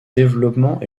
développement